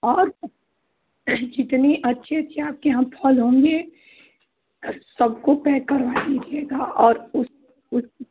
और जितने अच्छे अच्छे आपके यहाँ फल होंगे सबको पैक करवाइएगा और उस उस